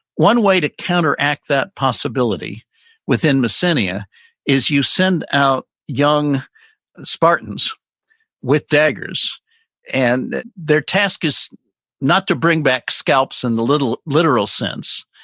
one way to counteract that possibility within messenia is you send out young spartans with daggers and their task is not to bring back scalps in the literal sense,